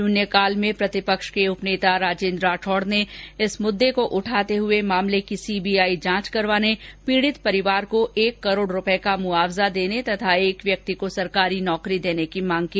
शून्यकाल में प्रतिपक्ष के उपनेता राजेन्द्र राठौड़ ने इस मुद्दे को उठाते हुए मामले की सीबीआई जांच करवाने पीड़ित परिवार को एक करोड़ रूपये का मुआवजा देने तथा एक व्यक्ति को सरकारी नौकरी देने की मांग की